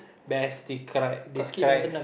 best decri~ describe